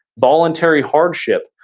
voluntary hardship,